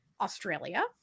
australia